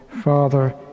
Father